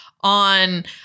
on